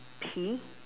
pea